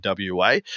WA